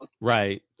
Right